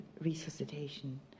resuscitation